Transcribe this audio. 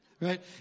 Right